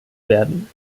werden